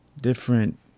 Different